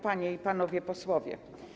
Panie i Panowie Posłowie!